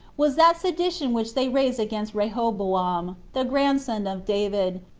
was that sedition which they raised against rehoboam, the grandson of david,